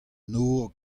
nor